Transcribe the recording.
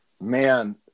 Man